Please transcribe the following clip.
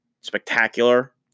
spectacular